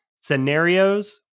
scenarios